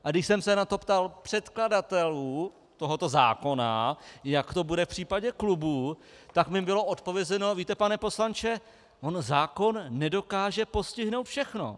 A když jsem se na to ptal předkladatelů tohoto zákona, jak to bude v případě klubů, tak mi bylo odpovězeno: Víte, pane poslanče, on zákon nedokáže postihnout všechno.